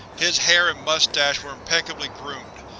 his hair and mustache were impeccably groomed.